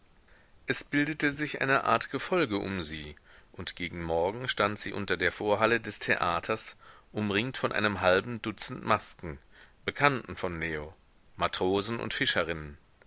es bildete sich eine art gefolge um sie und gegen morgen stand sie unter der vorhalle des theaters umringt von einem halben dutzend masken bekannten von leo matrosen und fischerinnen